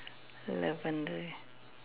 eleven already